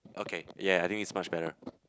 okay ya I think is much better